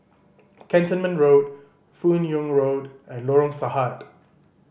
Cantonment Road Fan Yoong Road and Lorong Sahad